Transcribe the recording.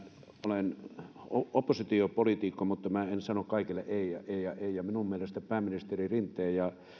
olen oppositiopoliitikko mutta minä en en sano kaikelle ei ja ei ja ei minun mielestäni pääministeri rinteen ja